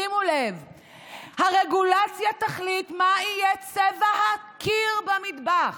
שימו לב: הרגולציה תחליט מה יהיה צבע הקיר במטבח,